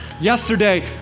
Yesterday